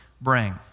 bring